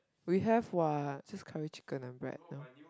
we have what just curry chicken and bread no